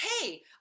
hey